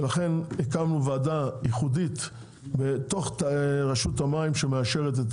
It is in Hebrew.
ולכן הקמנו ועדה ייחודית בתוך תאי רשות המים שמאשרת את